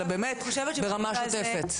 אלא באמת ברמה שוטפת?